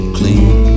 clean